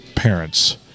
Parents